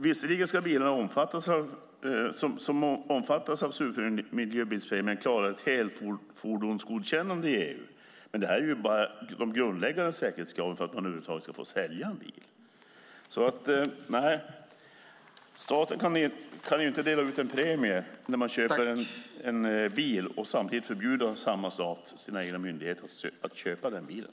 Visserligen ska bilarna som omfattas av supermiljöbilspremien klara ett helfordonsgodkännande i EU, men det gäller bara de grundläggande säkerhetskraven för att man över huvud taget ska få sälja en bil. Staten kan inte dela ut en premie när man köper en bil och samtidigt förbjuda sina egna myndigheter att köpa den bilen.